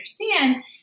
understand